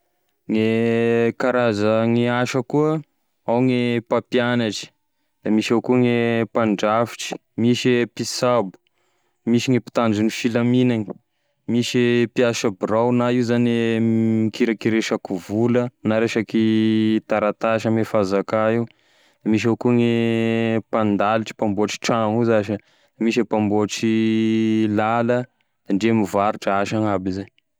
Gne karaza gne asa koa ao gne mpampianatry, misy avao koa gne mpandrafitry, misy mpisabo, misy gne mpitondro ny filaminagny, misy e mpiasa birao na io zany e mikirakira resaky vola na resaky taratasy ame fanzaka io, misy avao koa gne mpandalotry mpamboatry trano io zashy, misy mpamboatry lala ndre mivarotry asagn'aby izay.